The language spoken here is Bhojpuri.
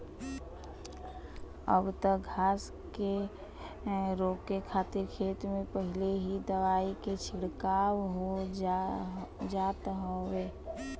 अब त घास के रोके खातिर खेत में पहिले ही दवाई के छिड़काव हो जात हउवे